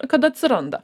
kad atsiranda